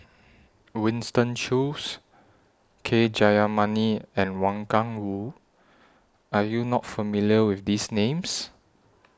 Winston Choos K Jayamani and Wang Gungwu Are YOU not familiar with These Names